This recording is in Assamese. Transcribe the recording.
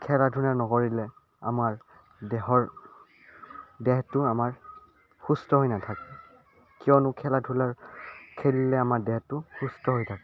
খেলা ধূলা নকৰিলে আমাৰ দেহৰ দেহটো আমাৰ সুস্থ হৈ নাথাকে কিয়নো খেলা ধূলা খেলিলে আমাৰ দেহটো সুস্থ হৈ থাকে